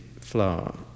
flower